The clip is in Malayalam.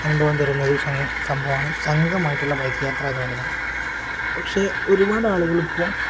അനുഭവം തരുന്ന ഒരു സംഭവമാണ് സംഘമായിട്ടുള്ള ബൈക്ക് യാത്ര എന്ന് പറയുന്നത് പക്ഷെ ഒരുപാട് ആളുകൾ ഇപ്പോൾ